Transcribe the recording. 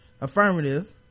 Affirmative